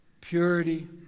purity